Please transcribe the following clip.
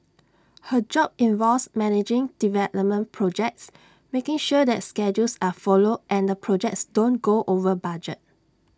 her job involves managing development projects making sure that schedules are followed and the projects don't go over budget